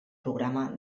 programa